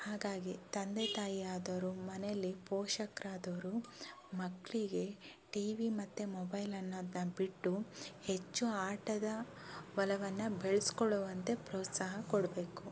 ಹಾಗಾಗಿ ತಂದೆ ತಾಯಿಯಾದವರು ಮನೆಯಲ್ಲಿ ಪೋಷಕರಾದವ್ರು ಮಕ್ಕಳಿಗೆ ಟಿ ವಿ ಮತ್ತು ಮೊಬೈಲನ್ನು ಬ್ ಬಿಟ್ಟು ಹೆಚ್ಚು ಆಟದ ಬಲವನ್ನು ಬೆಳ್ಸ್ಕೊಳ್ಳುವಂತೆ ಪ್ರೋತ್ಸಾಹ ಕೊಡಬೇಕು